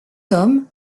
homme